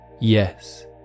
yes